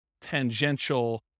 tangential